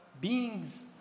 beings